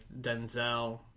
Denzel